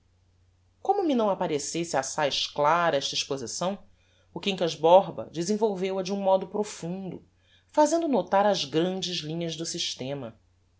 como me não apparecesse assaz clara esta exposição o quincas borba desenvolveu a de um modo profundo fazendo notar as grandes linhas do systema